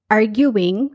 arguing